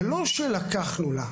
זה לא שלקחנו לה.